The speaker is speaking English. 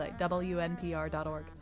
WNPR.org